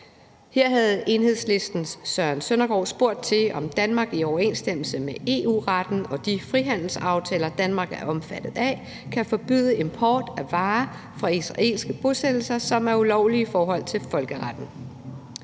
Her havde Enhedslistens Søren Søndergaard spurgt til, om Danmark i overensstemmelse med EU-retten og de frihandelsaftaler, Danmark er omfattet af, kan forbyde import af varer fra israelske bosættelser, som er ulovlige i forhold til folkeretten.